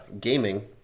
gaming